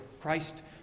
Christ